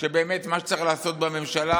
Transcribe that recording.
שבאמת מה שצריך לעשות בממשלה,